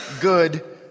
good